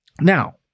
Now